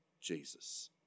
Jesus